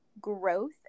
growth